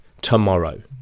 tomorrow